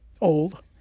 old